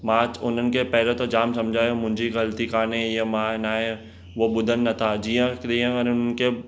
मां चओ हुनिनि खे पहिरियों त जामु सम्झायो मुंहिंजी ग़लिती कान्हे हीअं मां नाहे हूअ ॿुधनि नथा जीअं तीअं वरी हुननि खे